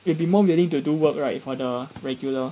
you will be more willing to do work right for the regular